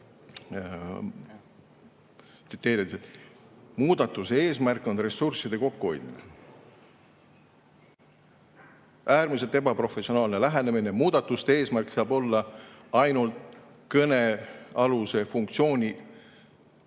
"Muudatuse eesmärk on ressursside kokkuhoidmine." Äärmiselt ebaprofessionaalne lähenemine. Muudatuse eesmärk saab olla ainult kõnealuse funktsiooni